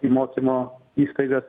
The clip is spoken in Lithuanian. į mokymo įstaigas